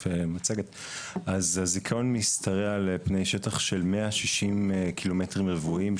אז הזיכיון משתרע על פני שטח של 16 קילומטרים רבועים,